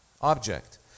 object